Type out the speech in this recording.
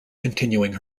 continuing